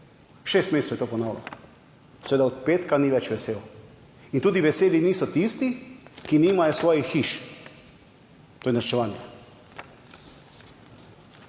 šest mesecev je to ponavljal. Seveda od petka ni več vesel in tudi veseli niso tisti, ki nimajo svojih hiš. To je norčevanje.